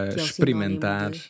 experimentar